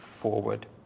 forward